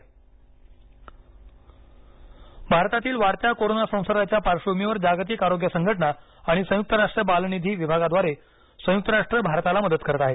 संयक्त राष्ट्र कोविड भारत भारतातील वाढत्या कोरोना संसर्गाच्या पार्श्वभूमीवर जागतिक आरोग्य संघटना आणि संयुक्त राष्ट्र बाल निधी विभागाद्वारे संयुक्त राष्ट्र भारताला मदत करत आहे